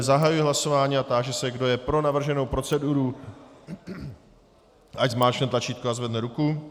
Zahajuji hlasování a táži se, kdo je pro navrženou proceduru, ať zmáčkne tlačítko a zvedne ruku.